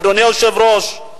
אדוני היושב-ראש,